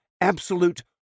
Absolute